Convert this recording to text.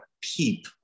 peep